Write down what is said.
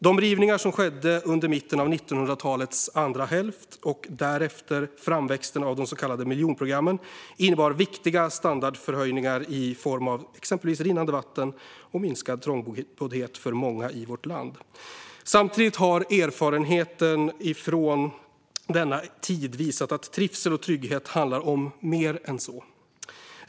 De rivningar som skedde under mitten av 1900-talets andra hälft - och därefter framväxten av de så kallade miljonprogrammen - innebar viktiga standardhöjningar i form av exempelvis rinnande vatten och minskad trångboddhet för många i vårt land. Samtidigt har erfarenheten från denna tid visat att trivsel och trygghet handlar om mer än så.